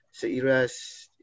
SEIRAS